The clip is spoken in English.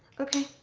okay.